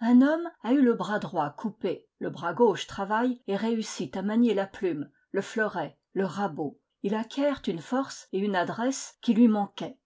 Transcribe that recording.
un homme a eu le bras droit coupé le bras gauche travaille et réussit à manier la plume le fleuret le rabot il acquiert une force et une adresse qui lui manquaient